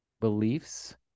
beliefs